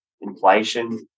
inflation